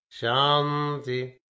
Shanti